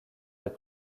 des